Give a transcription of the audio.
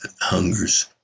hungers